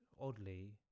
oddly